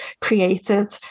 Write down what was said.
created